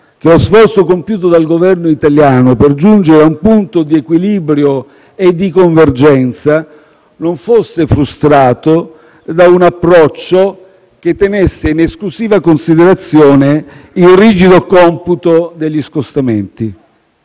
che lo sforzo compiuto dal Governo italiano per giungere a un punto di equilibrio e di convergenza non fosse frustrato da un approccio che tenesse in esclusiva considerazione il rigido computo degli scostamenti.